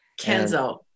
Kenzo